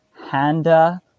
handa